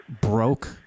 broke